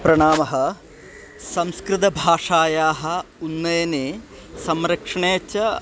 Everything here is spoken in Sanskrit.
प्रणामः संस्कृतभाषायाः उन्नयने संरक्षणे च